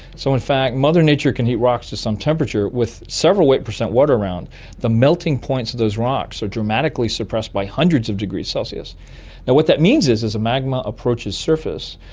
so in fact mother nature can heat rocks to some temperature with several weight percent water around the melting points of those rocks are dramatically suppressed by hundreds of degrees celsius. now what that means is as the magma approaches surface,